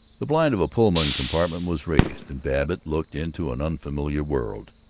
the blind of a pullman compartment was raised, and babbitt looked into an unfamiliar world.